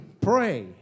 pray